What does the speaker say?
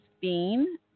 Bean